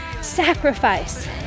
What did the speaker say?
sacrifice